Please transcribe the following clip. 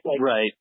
Right